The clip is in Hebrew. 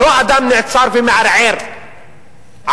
לא אדם נעצר ומערער על